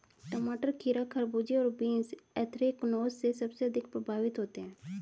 टमाटर, खीरा, खरबूजे और बीन्स एंथ्रेक्नोज से सबसे अधिक प्रभावित होते है